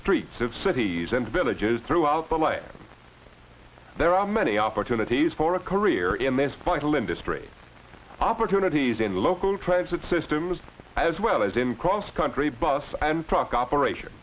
streets of cities and villages throughout the land there are many opportunities for a career in this vital industry opportunities in local transit systems as well as in cross country bus and truck operation